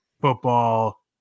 football